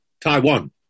Taiwan